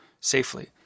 safely